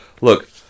look